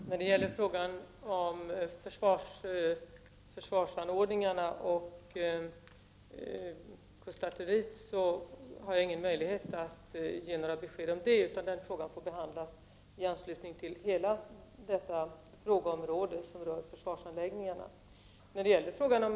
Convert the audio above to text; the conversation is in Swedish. Herr talman! När det gäller frågan om kustartilleriet och försvarsanordningarna i övrigt har jag ingen möjlighet att ge några besked, utan de frågorna får tas upp i anslutning till behandlingen av försvarsanläggningarna i stort.